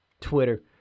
Twitter